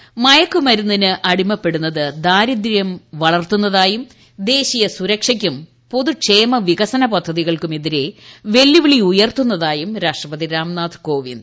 അവസാനങ്ങൾ മയക്കു മരുന്നിന് അടിമപ്പെടുന്നത് ദാരിദ്ര്യം വളർത്തുന്നതായും ദേശീയ സുരക്ഷയ്ക്കും പൊതുക്ഷേമ വിക്സന പദ്ധതികൾക്കും എതിരെ വെല്ലുവിളി ഉയർത്തുന്നതിായും രാഷ്ട്രപതി രാംനാഥ് കോവിന്ദ്